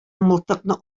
мылтыкны